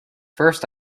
first